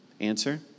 Answer